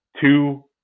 two